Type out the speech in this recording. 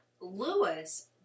Lewis